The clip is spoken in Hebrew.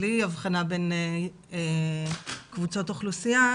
בלי הבחנה בין קבוצות אוכלוסייה,